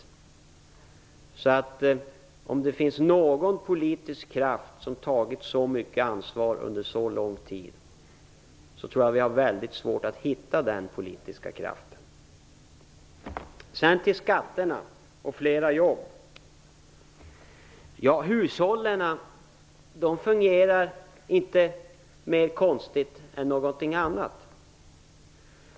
Jag tror därför att det är väldigt svårt att hitta en politisk kraft som har tagit lika mycket ansvar under så lång tid. Sedan till frågan om skatterna och möjligheten att skapa fler jobb. Hushållen fungerar inte konstigare än någonting annat.